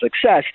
success